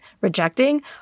Rejecting